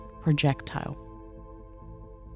projectile